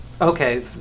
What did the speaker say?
Okay